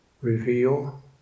reveal